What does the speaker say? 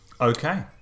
Okay